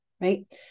Right